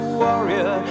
warrior